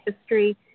History